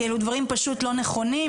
כי אלו דברים פשוט לא נכונים.